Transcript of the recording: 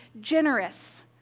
generous